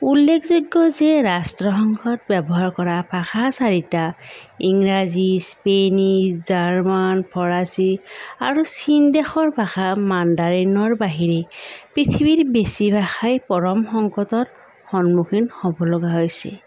উল্লেখযোগ্য যে ৰাষ্ট্ৰসংঘত ব্যৱহাৰ কৰা ভাষা চাৰিটা ইংৰাজী স্পেনিছ জাৰ্মান ফৰাচী আৰু চীন দেশৰ ভাষা মাণ্ডাৰিনৰ বাহিৰে পৃথিৱীৰ বেছি ভাষাই পৰম সংকটত সন্মুখীন হ'বলগীয়া হৈছে